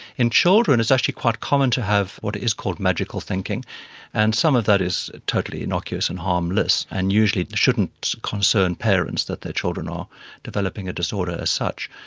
in children it's actually quite common to have what is called magical thinking and some of that is totally innocuous and harmless and usually shouldn't concern parents that their children are developing a disorder as such.